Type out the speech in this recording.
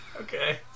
Okay